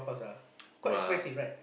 !wah!